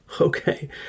Okay